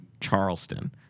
Charleston